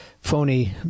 phony